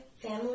family